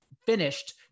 finished